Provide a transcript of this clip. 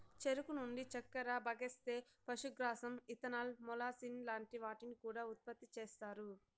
చెరుకు నుండి చక్కర, బగస్సే, పశుగ్రాసం, ఇథనాల్, మొలాసిస్ లాంటి వాటిని కూడా ఉత్పతి చేస్తారు